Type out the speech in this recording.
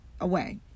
away